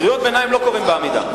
קריאות ביניים לא קוראים בעמידה.